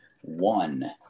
one